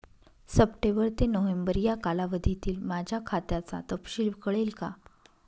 September ते November या कालावधीतील माझ्या खात्याचा तपशील कळेल का?